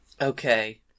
Okay